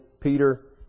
Peter